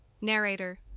Narrator